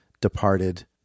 departed